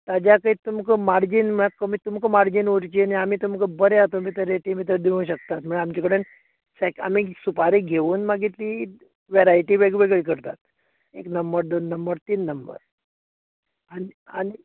ताज्याकूय तुमकां मार्जीन म्हळ्यार कमी तुमकां मार्जीन उरची न्ही आमी तुमकां बऱ्या हातूं बितर रेटी बितर दिवूं शकतात म्हळ्यार आमचे कडेन आमी सुपारी घेवून मागीर ती वरायटी वेगवेगळी करतात एक नंबर दोन नंबर तीन नंबर आनी आनी